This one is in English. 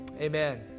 Amen